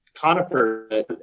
conifer